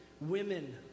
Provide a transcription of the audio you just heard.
women